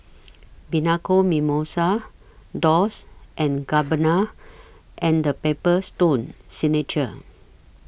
Bianco Mimosa Dolce and Gabbana and The Paper Stone Signature